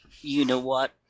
you-know-what